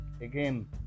again